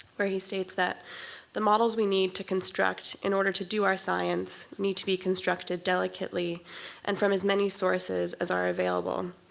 where he states that the models we need to construct in order to do our science need to be constructed delicately and from as many sources as are available.